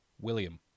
William